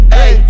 Hey